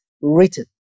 written